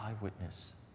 eyewitness